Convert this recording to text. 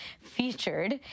featured